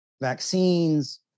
vaccines